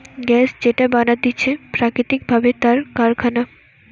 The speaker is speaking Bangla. গ্যাস যেটা বানাতিছে প্রাকৃতিক ভাবে তার কারখানা